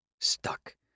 Stuck